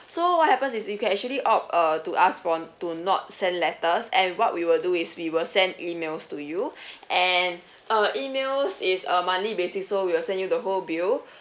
so what happens is you can actually opt uh to ask for to not send letters and what we will do is we will send emails to you and uh emails is uh monthly basis so we will send you the whole bill